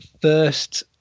first